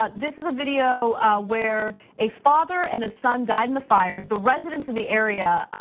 ah this is a video where a father and a son died in the fires. the residents in the area